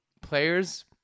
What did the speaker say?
Players